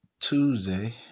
Tuesday